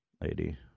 lady